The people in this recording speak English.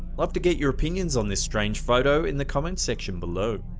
love to get your opinions on this strange photo in the comment section below.